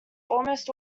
almost